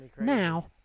now